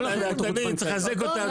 צריך לחזק אותם,